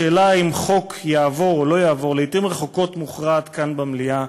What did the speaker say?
השאלה אם חוק יעבור או לא יעבור לעתים רחוקות מוכרעת כאן במליאה,